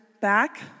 back